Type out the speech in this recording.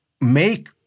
make